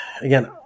again